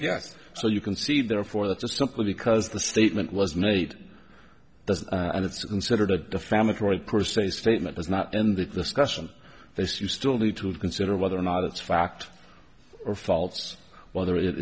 yes so you can see therefore that just simply because the statement was made does and it's considered a defamatory per se statement is not in the discussion as you still need to consider whether or not it's fact or false whether it